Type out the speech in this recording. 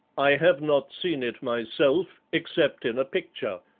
i have not seen it myself, except in a picture.